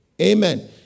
Amen